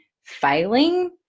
failing